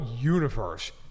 universe